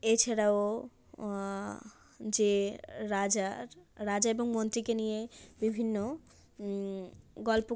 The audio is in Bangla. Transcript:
এছাড়াও যে রাজার রাজা এবং মন্ত্রীকে নিয়ে বিভিন্ন গল্প